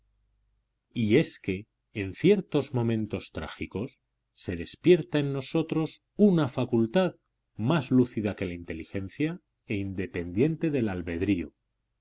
y es que en ciertos momentos trágicos se despierta en nosotros una facultad más lúcida que la inteligencia e independiente del albedrío